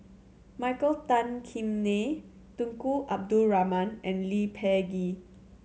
Michael Tan Kim Nei Tunku Abdul Rahman and Lee Peh Gee